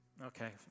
okay